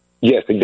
Yes